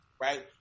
Right